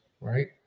Right